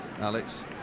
Alex